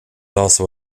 also